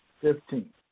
Fifteen